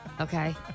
okay